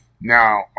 Now